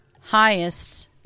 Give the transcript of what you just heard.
highest